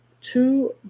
two